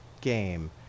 game